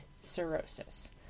cirrhosis